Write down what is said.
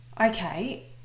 okay